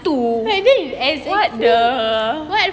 what the